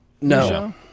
No